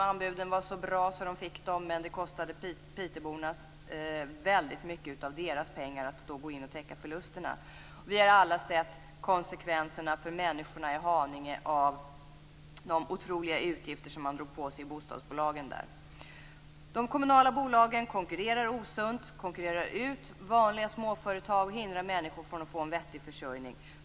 Anbuden var så bra att man fick uppdragen men det kostade väldigt mycket av pitebornas pengar att gå in och täcka förlusterna. Vi har också alla sett konsekvenserna för människorna i Haninge av de otroliga utgifter som man drog på sig i bostadsbolagen där. De kommunala bolagen konkurrerar osunt. De konkurrerar ut vanliga småföretag och hindrar människor från att få en vettig försörjning.